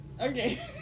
Okay